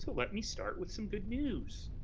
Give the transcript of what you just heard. but let me start with some good news!